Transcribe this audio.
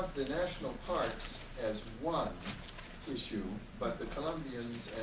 the national parks as one issue but the columbians,